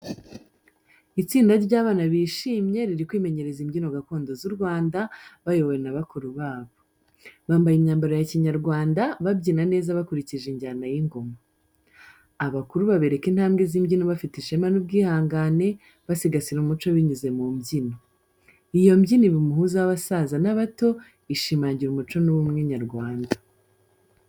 Itsinda ry'abana bishimye riri kwimenyereza imbyino gakondo z’u Rwanda, bayobowe na bakuru babo. Bambaye imyambaro ya Kinyarwanda, babyina neza bakurikije injyana y’ingoma. Abakuru babereka intambwe z’imbyino bafite ishema n’ubwihangane, basigasira umuco binyuze mu mbyino. Iyo mbyino iba umuhuza w'abasaza n'abato, ishimangira umuco n’ubumwe nyarwanda.